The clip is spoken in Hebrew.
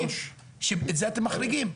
שאת זה אתם מחריגים.